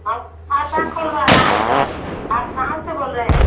हम खाता खुलवाना है सर आप कहाँ से बोल रहे हैं